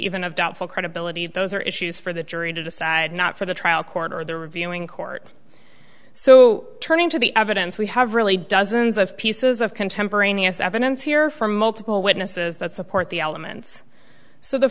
of doubtful credibility those are issues for the jury to decide not for the trial court or the reviewing court so turning to the evidence we have really dozens of pieces of contemporaneous evidence here from multiple witnesses that support the elements so the